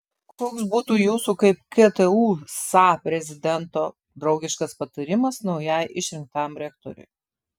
koks būtų jūsų kaip ktu sa prezidento draugiškas patarimas naujai išrinktam rektoriui